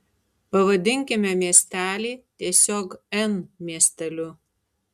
pavadinkime miestelį tiesiog n miesteliu